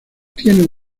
tiene